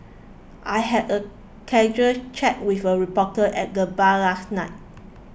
I had a casual chat with a reporter at the bar last night